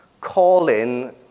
call-in